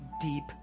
deep